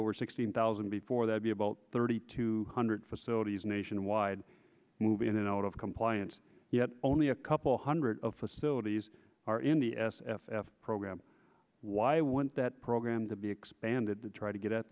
over sixteen thousand before they would be about thirty two hundred facilities nationwide move in and out of compliance yet only a couple hundred of facilities are in the s f f program why was that program to be expanded to try to get